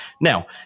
Now